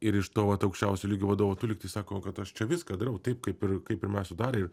ir iš to vat aukščiausio lygio vadovų tu lygtais sako kad aš čia viską darau taip kaip ir kaip ir mes sudarė ir